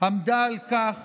עמדה על כך